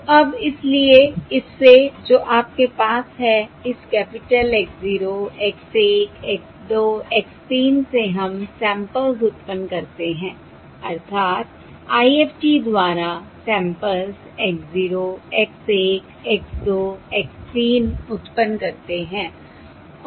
तो अब इसलिए इस से जो आपके पास है इस capital X 0 X 1 X 2 X 3 से हम सैंपल्स उत्पन्न करते हैं अर्थात IFT द्वारा samples X 0 X 1 X 2 X 3 उत्पन्न करते हैं